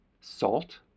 salt